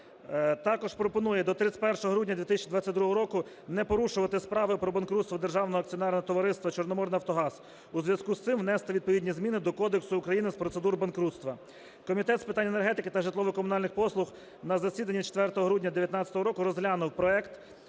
Також пропонує до 31 грудня 2022 року не порушувати справи про банкрутства Державного акціонерного товариства "Чорноморнафтогаз". У зв'язку з цим внести відповідні зміни до Кодексу України з процедур банкрутства. Комітет з питань енергетики та житлово-комунальних послуг на засіданні 4 грудня 19-го року розглянув проект